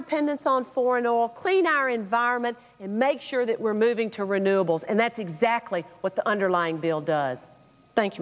dependence on foreign oil clean our environment in make sure that we're moving to renewables and that's exactly what the underlying bill tha